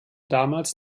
damals